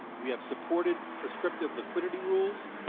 we have supported prescriptive liquidity rules.